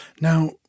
Now